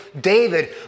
David